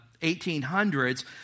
1800s